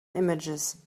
images